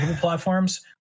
platforms